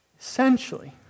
Essentially